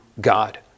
God